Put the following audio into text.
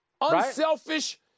Unselfish